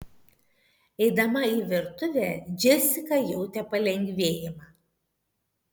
eidama į virtuvę džesika jautė palengvėjimą